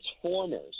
Transformers